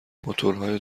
موتورهای